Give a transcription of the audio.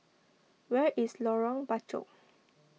where is Lorong Bachok